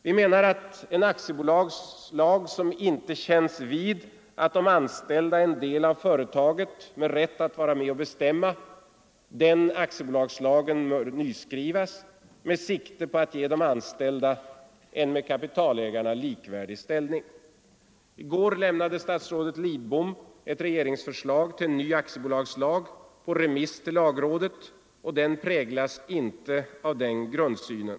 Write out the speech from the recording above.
Vi menar att en aktiebolagslag som inte känns vid att de anställda är en del av företaget med rätt att vara med och bestämma, den bör nyskrivas med sikte på att ge de anställda en med kapitalägarna likvärdig ställning. I går lämnade statsrådet Lidbom ett regeringsförslag till ny aktiebolagslag på remiss till lagrådet, och det förslaget präglas inte av den grundsynen.